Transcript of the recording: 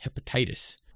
hepatitis